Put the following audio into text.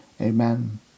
Amen